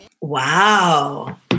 Wow